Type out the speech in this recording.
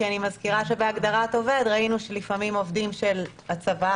כי אני מזכירה שבהגדרת עובד ראינו שלפעמים עובדים של הצבא,